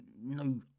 no